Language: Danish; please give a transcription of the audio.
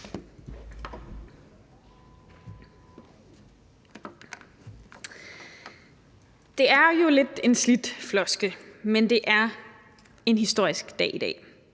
Det er jo lidt en slidt floskel, men det er en historisk dag i dag.